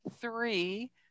three